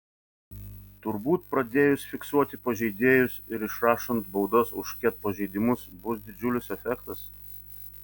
turbūt pradėjus fiksuoti pažeidėjus ir išrašant baudas už ket pažeidimus bus didžiulis efektas